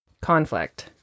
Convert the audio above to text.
conflict